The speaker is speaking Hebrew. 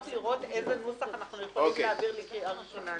לראות איזה נוסח אנחנו יכולים להעביר לקריאה הראשונה.